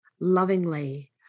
lovingly